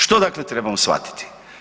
Što dakle trebamo shvatiti?